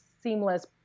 seamless